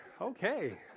Okay